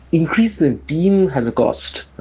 increase the team has a cost,